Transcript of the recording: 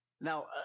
Now